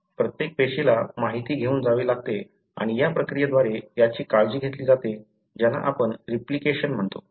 प्रत्येक पेशीला माहिती घेऊन जावे लागते आणि या प्रक्रियेद्वारे याची काळजी घेतली जाते ज्याला आपण रिप्लिकेशन म्हणतो